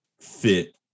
fit